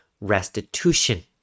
restitution